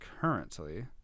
currently